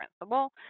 principle